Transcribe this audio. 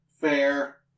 fair